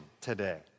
today